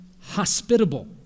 hospitable